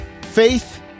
Faith